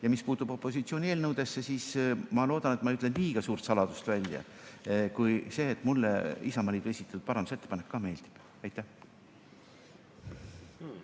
Ja mis puutub opositsiooni eelnõudesse, siis ma loodan, et ma ei ütle liiga suurt saladust välja, kui tunnistan, et mulle Isamaa esitatud parandusettepanek meeldib. Aitäh!